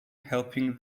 helping